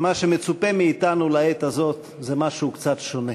מה שמצופה מאתנו לעת הזאת זה משהו קצת שונה.